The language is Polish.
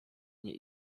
nie